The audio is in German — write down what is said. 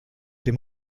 dem